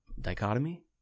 dichotomy